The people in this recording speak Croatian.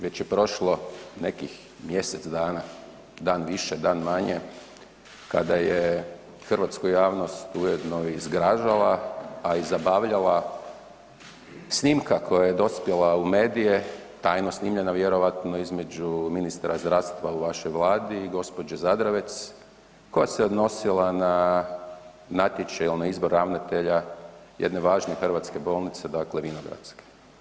Veće je prošlo nekih mjesec dana, dan više, dan manje kada je hrvatsku javnost ujedno i zgražala, a i zabavljala snimka koja je dospjela u medije, tajno snimljena vjerojatno između ministra zdravstva u vašoj Vladi i gospođe Zadravec koja se odnosila na natječaj za izbor ravnatelja jedne važne hrvatske bolnice, dakle Vinogradske.